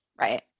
right